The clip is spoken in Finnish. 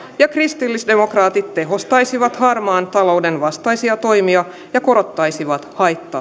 ja kristillisdemokraatit tehostaisivat harmaan talouden vastaisia toimia ja korottaisivat haittaveroja